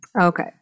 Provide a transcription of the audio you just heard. Okay